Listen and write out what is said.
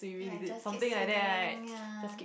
like just keep swimming ya